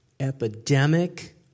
epidemic